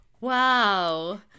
wow